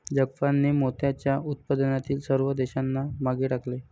जापानने मोत्याच्या उत्पादनातील सर्व देशांना मागे टाकले